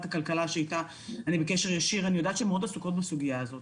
הכלכלה שאיתה אני בקשר ישיר מאוד עסוקות בסוגיה הזאת,